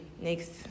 next